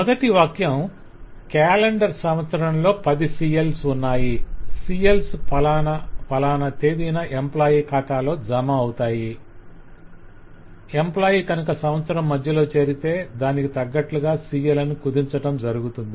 మొదటి వాక్యం 'క్యాలెండర్ సంవత్సరంలో పది CLs ఉన్నాయి CLs అన్నీ ఫలాన ఫలాన తెదీన ఎంప్లాయ్ ఖాతాలో జమ అవుతాయి ఎంప్లాయ్ కనుక సంవత్సరం మధ్యలో జేరితే దానికి తగ్గట్లుగా CLs ను కుదించటం జరుగుతుంది